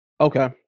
Okay